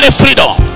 freedom